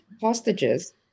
hostages